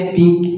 big